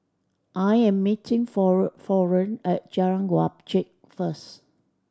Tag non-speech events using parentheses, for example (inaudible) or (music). I am meeting (unintelligible) Florene at Jalan Wajek first